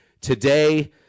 Today